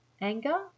anger